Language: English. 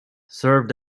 served